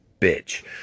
bitch